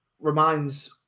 reminds